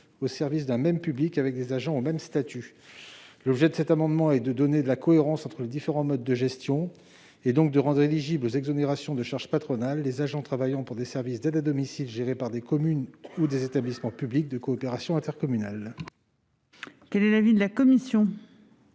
au service d'un même public avec des agents au même statut. L'objet de cet amendement est de donner de la cohérence entre les différents modes de gestion, et donc de rendre éligibles aux exonérations de charges patronales les agents travaillant pour des services d'aide à domicile gérés par des communes ou par des EPCI. Quel est l'avis de la commission ?